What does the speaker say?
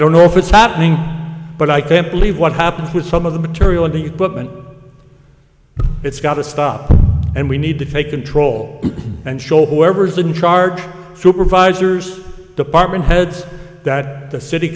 don't know if it's happening but i can't believe what happens with some of the material in the book and it's got to stop and we need to take control and show whoever's in charge supervisors department heads that the city